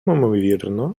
імовірно